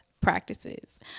practices